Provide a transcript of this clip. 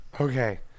Okay